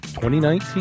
2019